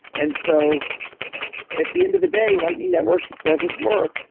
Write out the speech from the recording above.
and so at the end of the day, lightning network doesn't work.